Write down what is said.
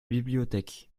bibliothèque